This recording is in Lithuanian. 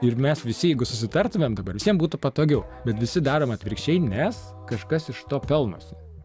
ir mes visi jeigu susitartume dabar visiems būtų patogiau bet visi darom atvirkščiai nes kažkas iš to pelnosi